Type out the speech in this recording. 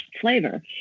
Flavor